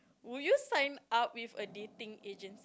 would you sign up with a dating agent